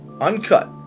Uncut